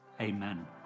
Amen